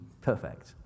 perfect